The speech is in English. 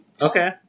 okay